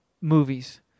movies